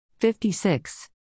56